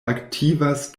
aktivas